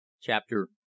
Chapter